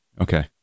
Okay